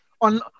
on